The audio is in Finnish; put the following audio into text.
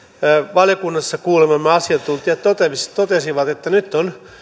valiokunnassa kuulemamme asiantuntijat totesivat totesivat että nyt on